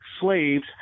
slaves